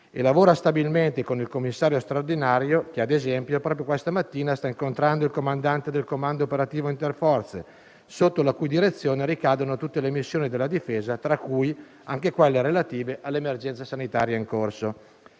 e lavora stabilmente con il commissario straordinario che - per esempio - proprio questa mattina sta incontrando il comandante del Comando operativo interforze, sotto la cui direzione ricadono tutte le missioni della Difesa, tra cui anche quelle relative all'emergenza sanitaria in corso.